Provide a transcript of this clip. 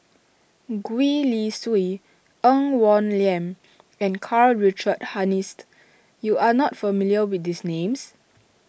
Gwee Li Sui Ng Woon Lam and Karl Richard Hanitsch you are not familiar with these names